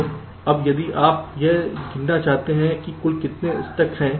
तो अब यदि आप यह गिनना चाहते हैं कि कुल कितने स्टक हैं